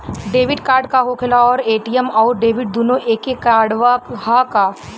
Debit card का होखेला और ए.टी.एम आउर डेबिट दुनों एके कार्डवा ह का?